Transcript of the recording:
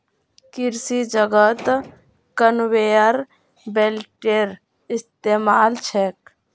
कृषि जगतत कन्वेयर बेल्टेर इस्तमाल छेक